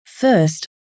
First